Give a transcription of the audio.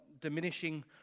diminishing